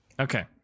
Okay